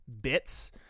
bits